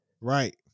Right